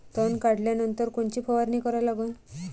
तन काढल्यानंतर कोनची फवारणी करा लागन?